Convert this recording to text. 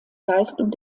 leistung